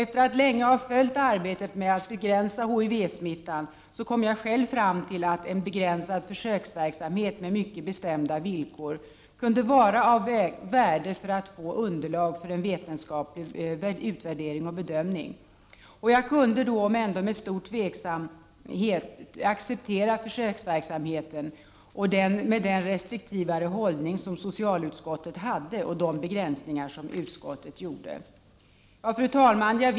Efter att länge ha följt arbetet med att begränsa HIV smittan kom jag själv fram till att en begränsad försöksverksamhet med mycket bestämda villkor kunde vara av värde för att få fram underlag för en vetenskaplig utvärdering och bedömning. Jag kunde då, om än med stor tvekan, acceptera försöksverksamheten, med den restriktivare hållning som socialutskottet intog och de begränsningar som utskottet har gjort. Fru talman!